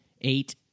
eight